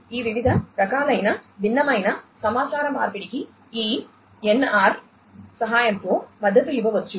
ఈ వివిధ రకాలైన భిన్నమైన సమాచార మార్పిడికి ఈ ఎన్ఆర్ సహాయంతో మద్దతు ఇవ్వవచ్చు